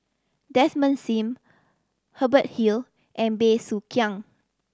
Desmond Sim Hubert Hill and Bey Soo Khiang